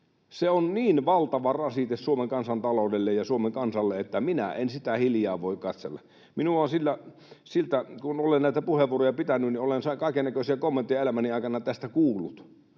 Se on niin valtava rasite Suomen kansantaloudelle ja Suomen kansalle, että minä en sitä hiljaa voi katsella. Kun olen näitä puheenvuoroja pitänyt, niin olen kaikennäköisiä kommentteja elämäni aikana tästä kuullut,